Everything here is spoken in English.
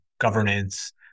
governance